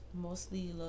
mostly